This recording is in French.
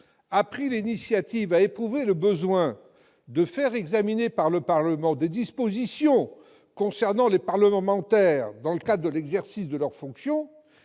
le Gouvernement a éprouvé le besoin de faire examiner par le Parlement des dispositions concernant les parlementaires dans le cadre de l'exercice de leurs fonctions,